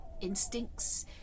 instincts